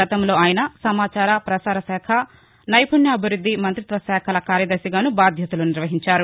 గతంలో ఆయన సమాచార ప్రసారాల శాఖ నైపుణ్యభివృద్ధి మంతిత్వశాఖల కార్యదర్శిగానూ బాధ్యతలు నిర్వహించారు